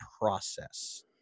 process